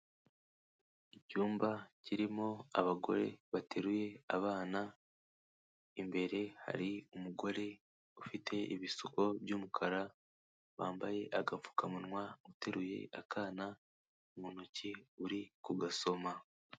Icyumba kirimo abagore bateruye abana, imbere hari umugore ufite ibisuko by'umukara, wambaye agapfukamunwa uteruye akana mu ntoki uri kugasoma.